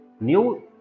new